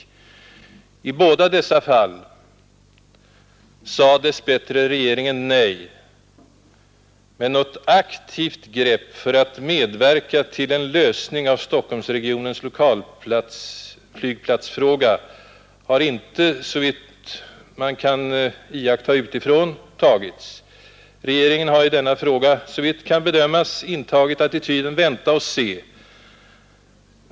I båda dessa fall sade regeringen dess bättre nej. Men något aktivt grepp för att medverka till en lösning av Stockholmsregionens flygplatsfråga har inte tagits, såvitt man kan iaktta utifrån. Regeringen har i denna fråga, såvitt kan bedömas, intagit attityden: Vänta och se!